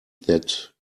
that